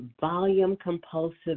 volume-compulsive